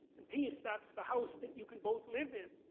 and peace, that's the house that you can both live in.